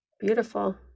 Beautiful